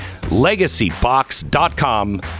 LegacyBox.com